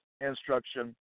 instruction